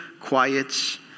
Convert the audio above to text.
quiets